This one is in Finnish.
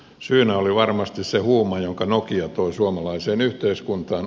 syynä oli varmasti se huuma jonka nokia toi suomalaiseen yhteiskuntaan